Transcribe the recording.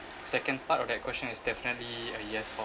second part of that question is definitely a yes